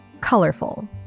colorful